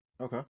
Okay